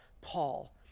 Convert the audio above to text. Paul